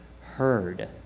heard